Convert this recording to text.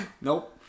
Nope